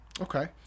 Okay